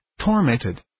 tormented